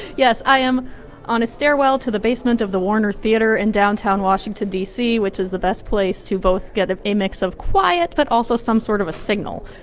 yes. i am on a stairwell to the basement of the warner theater in downtown washington, d c, which is the best place to both get a mix of quiet but also some sort of a signal.